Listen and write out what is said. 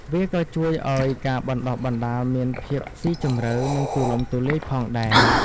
វាក៏ជួយឱ្យការបណ្តុះបណ្តាលមានភាពស៊ីជម្រៅនិងទូលំទូលាយផងដែរ។